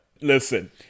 Listen